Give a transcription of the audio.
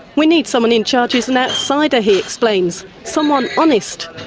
we need someone in charge who's an outsider, he explains. someone honest.